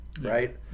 right